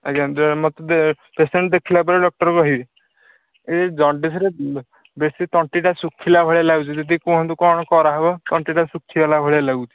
ଆଜ୍ଞା ଦେ ମୋତେ ଦେ ପେସେଣ୍ଟ ଦେଖିଲା ପରେ ଡକ୍ଟର କହିବେ ଏହି ଜଣ୍ଡିସ ରେ ବେଶୀ ତଣ୍ଟି ଟା ଶୁଖିଲା ଭଳିଆ ଲାଗୁଛି ଯଦି କୁହନ୍ତୁ କ'ଣ କରା ହେବ ତଣ୍ଟି ଟା ଶୁଖି ଗଲା ଭଳିଆ ଲାଗୁଛି